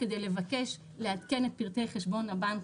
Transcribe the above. כדי לבקש לעדכן את פרטי חשבון הבנק